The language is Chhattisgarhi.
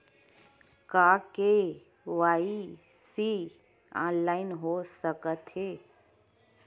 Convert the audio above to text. का के.वाई.सी ऑनलाइन हो सकथे?